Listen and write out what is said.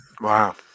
Wow